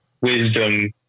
wisdom